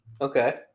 Okay